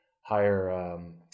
higher